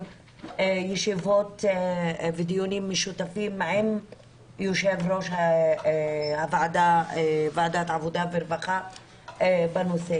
ישיבות בדיונים משותפים עם יושב-ראש ועדת העבודה והרווחה בנושא.